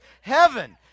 heaven